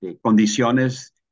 condiciones